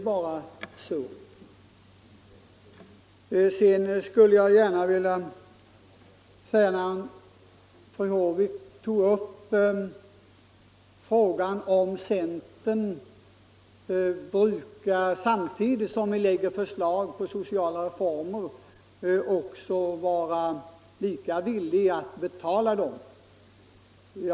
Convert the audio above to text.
Fru Håvik ställde frågan, om man i centern när man lägger fram förslag till sociala reformer också brukar vara villig att betala dem.